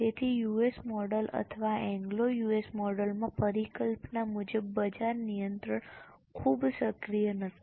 તેથી US model અથવા Anglo US મોડલમાં પરિકલ્પના મુજબ બજાર નિયંત્રણ ખૂબ સક્રિય નથી